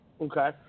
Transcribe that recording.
Okay